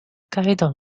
该党